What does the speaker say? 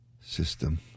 system